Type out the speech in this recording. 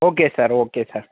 okay sir okay sir